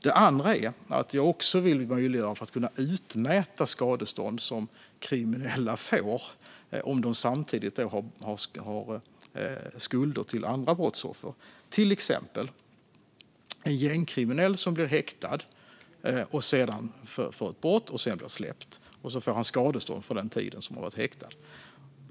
Den andra är att jag vill möjliggöra utmätning av skadestånd som kriminella får om de samtidigt har skulder till andra brottsoffer. Det handlar till exempel om när en gängkriminell blir häktad för ett brott och sedan släpps och får skadestånd för den tid han har varit häktad.